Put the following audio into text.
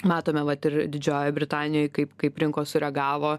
matome vat ir didžiojoj britanijoj kaip kaip rinkos sureagavo